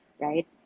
right